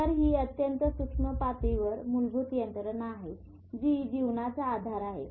तर ही अत्यंत सूक्ष्म पातळीवर मूलभूत यंत्रणा आहे जी जीवनाचा आधार आहे